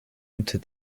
unter